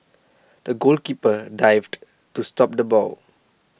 the goalkeeper dived to stop the ball